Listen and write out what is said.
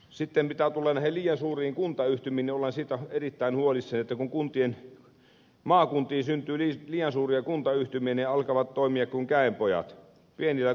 sitten mitä tulee näihin liian suuriin kuntayhtymiin niin olen siitä erittäin huolissani että kun maakuntiin syntyy liian suuria kuntayhtymiä ne alkavat toimia kuin käenpojat